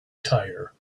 tire